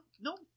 no